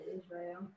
Israel